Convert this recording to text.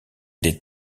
des